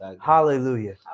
Hallelujah